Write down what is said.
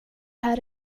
här